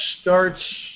starts